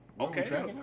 Okay